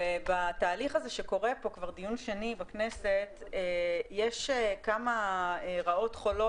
בתהליך שקורה פה כבר דיון שני בכנסת יש כמה רעות חולות